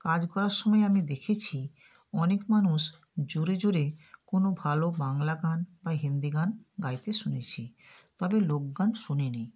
কাজ করার সময় আমি দেখেছি অনেক মানুষ জোরে জোরে কোনো ভালো বাংলা গান বা হিন্দি গান গাইতে শুনেছি তবে ওই লোকগান শুনিনি